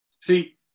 See